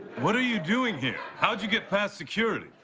what are you doing here? how did you get past security?